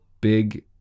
big